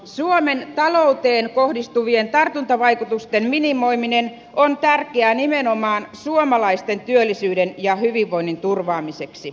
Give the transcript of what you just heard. suomen talouteen kohdistuvien tartuntavaikutusten minimoiminen on tärkeää nimenomaan suomalaisten työllisyyden ja hyvinvoinnin turvaamiseksi